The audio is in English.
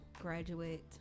graduate